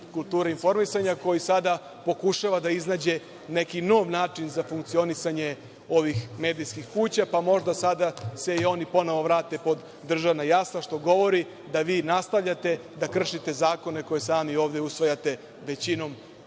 kulture i informisanja koji sada pokušava da iznađe neki nov način za funkcionisanje ovih medijskih kuća, pa možda se sada i oni ponovo vrate pod državna jasla što govori da vi nastavljate da kršite zakone koje sami ovde usvajate većinom